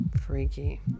Freaky